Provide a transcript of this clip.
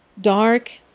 dark